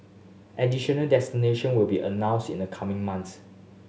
additional destination will be announced in the coming months